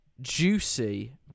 juicy